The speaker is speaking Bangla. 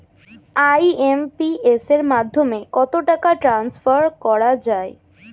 আই.এম.পি.এস এর মাধ্যমে কত টাকা ট্রান্সফার করা যায়?